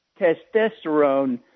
testosterone